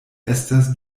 estas